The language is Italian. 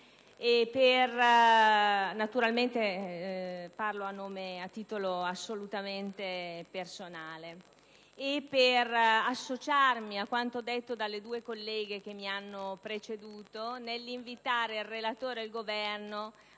- naturalmente, parlo a titolo assolutamente personale - e per associarmi a quanto detto dalle due colleghe che mi hanno preceduto nell'invitare il relatore ed il Governo